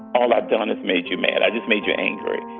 all i've done is made you mad. i just made you angry